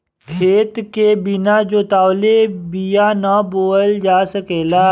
खेत के बिना जोतवले बिया ना बोअल जा सकेला